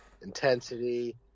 intensity